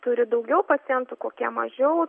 turi daugiau pacientų kokie mažiau